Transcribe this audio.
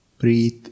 Breathe